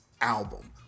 album